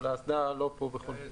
אבל האסדה לא פה בכל מקרה.